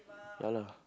ya lah